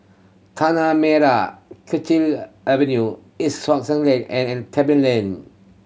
Tanah Merah Kechil Avenue East Sussex Lane and an Tebing Lane